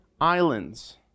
islands